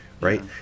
right